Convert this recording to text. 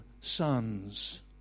sons